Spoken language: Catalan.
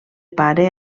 pare